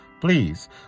Please